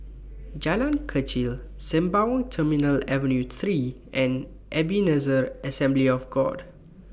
Jalan Kechil Sembawang Terminal Avenue three and Ebenezer Assembly of God